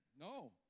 No